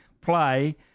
play